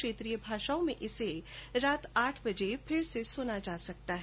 क्षेत्रीय भाषाओं में इसे रात आठ बजे फिर से सुना जा सकता है